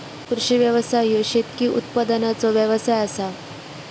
कृषी व्यवसाय ह्यो शेतकी उत्पादनाचो व्यवसाय आसा